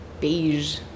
beige